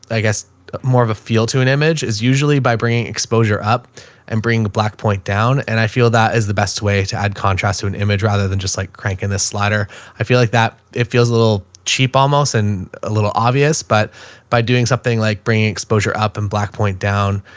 i guess more of a feel to an image is usually by bringing exposure up and bring the black point down. and i feel that is the best way to add contrast to an image rather than just like cranking this slider i feel like that it feels a little cheap almost and a little obvious. but by doing something like bringing exposure up and black point down,